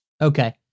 Okay